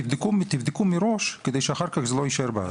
תבדקו מראש כדי שאחר כך זה לא יישאר בארץ.